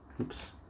oops